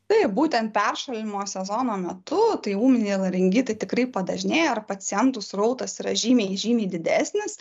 taip būtent peršalimo sezono metu tai ūminiai laringitai tikrai padažnėja ir pacientų srautas yra žymiai žymiai didesnis